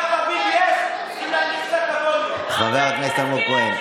לא, אנחנו ה-BDS, חבר הכנסת אלמוג כהן.